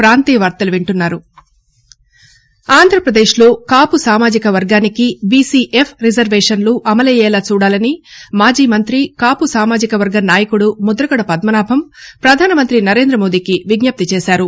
ముదగడ ఆంధ్రప్రదేశ్లో కాపు సామాజిక వర్గానికి బీసీ ఎఫ్ రిజర్వేషన్లు అమలయ్యేలా చూడాలని మాజీ మంత్రి కాపు సామాజికవర్గం నాయకుడు ముద్దగడ పద్ననాభం ప్రధానమంతి నరేందమోదీకి విజ్ఞప్తి చేశారు